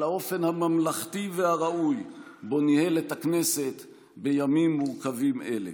על האופן הממלכתי והראוי שבו ניהל את הכנסת בימים מורכבים אלה.